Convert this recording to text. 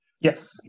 Yes